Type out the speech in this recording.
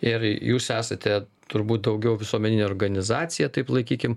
ir jūs esate turbūt daugiau visuomeninė organizacija taip laikykim